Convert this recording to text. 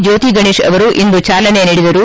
ಜ್ಕೋತಿಗಣೇಶ್ ಅವರು ಇಂದು ಚಾಲನೆ ನೀಡಿದರು